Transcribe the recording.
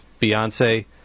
Beyonce